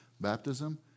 baptism